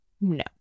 no